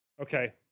Okay